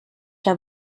der